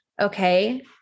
okay